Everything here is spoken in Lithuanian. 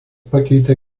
pakeitė